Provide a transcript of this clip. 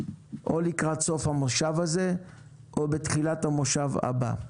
או לקראת סוף המושב הזה או בתחילת המושב הבא.